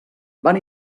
van